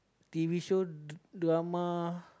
t_v show drama